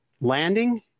landing